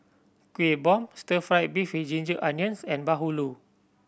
Kuih Bom Stir Fry beef with ginger onions and bahulu